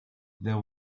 there